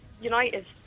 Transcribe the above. United